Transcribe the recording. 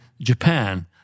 Japan